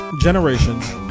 Generations